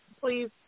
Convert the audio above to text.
please